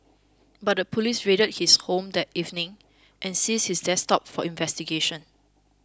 but the police raided his home that evening and seized his desktop for investigation